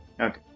Okay